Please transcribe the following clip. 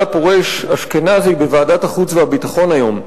הפורש אשכנזי בוועדת החוץ והביטחון היום.